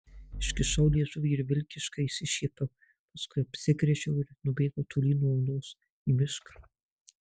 iškišau liežuvį ir vilkiškai išsišiepiau paskui apsigręžiau ir nubėgau tolyn nuo olos į mišką